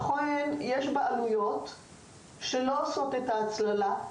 יש בעלויות שלא עושות את ההצללה.